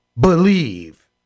Believe